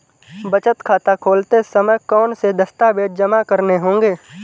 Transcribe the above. बचत खाता खोलते समय कौनसे दस्तावेज़ जमा करने होंगे?